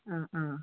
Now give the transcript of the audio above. ആ ആ